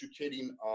educating